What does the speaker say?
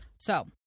So-